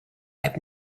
have